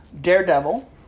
Daredevil